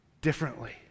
differently